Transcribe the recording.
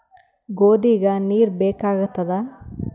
ಗೋಧಿಗ ನೀರ್ ಬೇಕಾಗತದ?